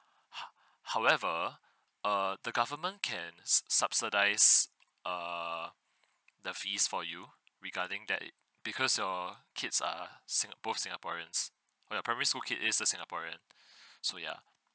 ho~ however err the government can s~ subsidies err the fees for you regarding that it because your kids are sing~ both singaporeans where your primary school kid is a singaporean so ya